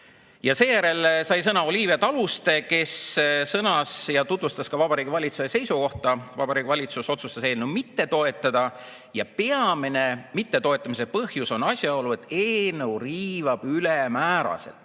Seejärel sai sõna Olivia Taluste, kes tutvustas Vabariigi Valitsuse seisukohta. Vabariigi Valitsus otsustas eelnõu mitte toetada. Peamine mittetoetamise põhjus on asjaolu, et eelnõu riivab ülemääraselt